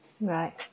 Right